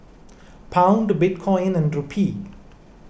Pound Bitcoin and Rupee